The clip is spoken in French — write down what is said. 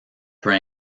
peut